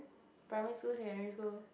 primary school secondary school